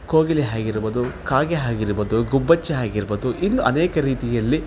ಕೋಗಿಲೆ ಆಗಿರ್ಬೋದು ಕಾಗೆ ಆಗಿರ್ಬೋದು ಗುಬ್ಬಚ್ಚಿ ಆಗಿರ್ಬೋದು ಇನ್ನೂ ಅನೇಕ ರೀತಿಯಲ್ಲಿ